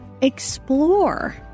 explore